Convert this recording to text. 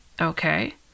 okay